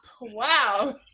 Wow